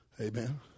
Amen